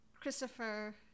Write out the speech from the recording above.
Christopher